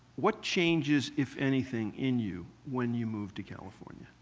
what changes, if anything, in you when you move to california